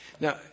Now